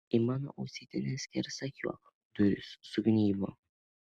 į mano ausytę neskersakiuok durys sugnybo